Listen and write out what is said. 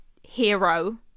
hero